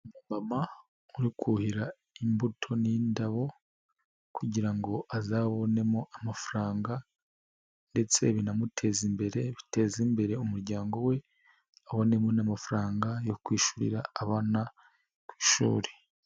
Umumama uri kuhira imbuto n'indabo kugira ngo azabonemo amafaranga, ndetse binamuteza imbere biteza imbere umuryango we, abonemo n'amafaranga yo kwishyurira abana ishuri.